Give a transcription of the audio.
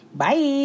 Bye